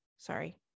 Sorry